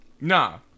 Nah